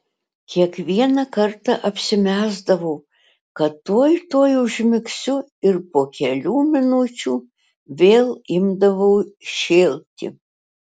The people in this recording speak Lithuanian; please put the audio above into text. kiekvieną kartą apsimesdavau kad tuoj tuoj užmigsiu ir po kelių minučių vėl imdavau šėlti